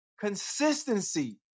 Consistency